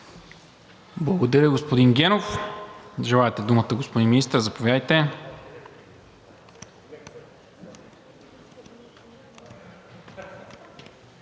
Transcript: Благодаря, господин Генов. Желаете думата, господин Министър, заповядайте.